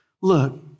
Look